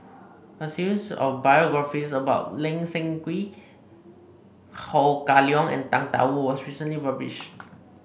a series of biographies about Lee Seng Wee Ho Kah Leong and Tang Da Wu was recently published